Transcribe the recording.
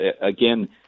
again